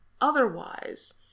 otherwise